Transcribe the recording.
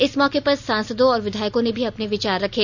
इस मौके पर सांसदों और विधायकों ने भी अपने विचार रखें